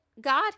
God